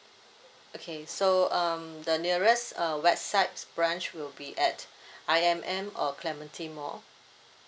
okay so um the nearest uh west side branch will be at I_M_M or clementi mall